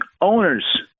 owners